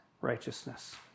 righteousness